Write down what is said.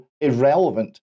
irrelevant